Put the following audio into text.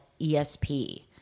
ESP